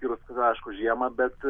ir aišku žiemą bet